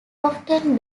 often